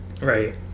right